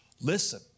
Listen